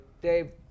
Dave